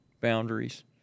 boundaries